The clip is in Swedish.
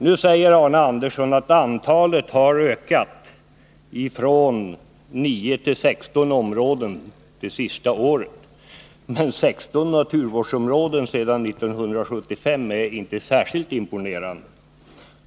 Nu säger Arne Andersson att antalet naturvårdsområden har ökat från 9 till 16 under det senaste året. Men 16 naturvårdsområden sedan 1975 finner jag inte särskilt imponerande.